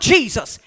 Jesus